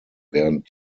während